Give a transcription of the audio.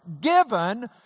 given